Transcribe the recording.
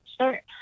Sure